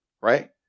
Right